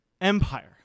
empire